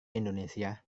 indonesia